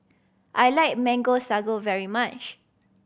I like Mango Sago very much